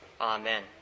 amen